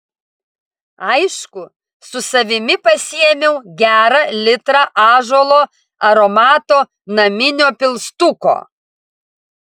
aišku su savimi pasiėmiau gerą litrą ąžuolo aromato naminio pilstuko